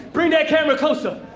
bring that camera closer,